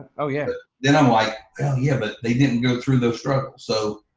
oh, yeah. then i'm like, oh yeah, but they didn't go through those struggle so,